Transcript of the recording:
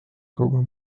kogu